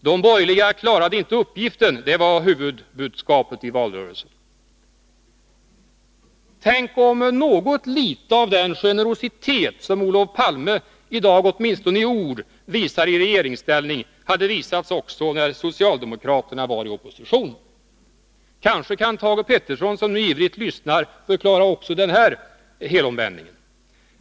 ”De borgerliga klarade inte uppgiften” — det var huvudbudskapet i valrörelsen. Tänk om något litet av den generositet som Olof Palme i dag åtminstone i ord ger uttryck för i regeringsställning hade visats också när socialdemokra terna var i opposition! Kanske kan Thage Peterson, som ivrigt lyssnar, förklara också den här helomvändningen.